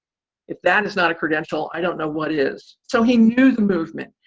if that is not a credential, i don't know what is. so he knew the movement,